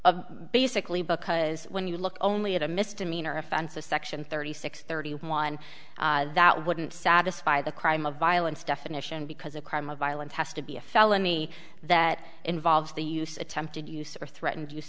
basically because when you look only at a misdemeanor offense of section thirty six thirty one that wouldn't satisfy the crime of violence definition because a crime of violence has to be a felony that involves the use attempted use or threatened use